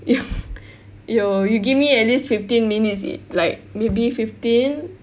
yo~ you give me at least fifteen minutes like maybe fifteen